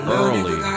early